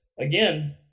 again